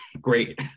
Great